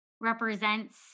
represents